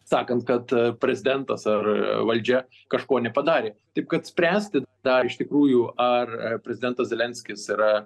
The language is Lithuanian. sakant kad prezidentas ar valdžia kažko nepadarė taip kad spręsti dar iš tikrųjų ar prezidentas zelenskis yra